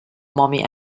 mommy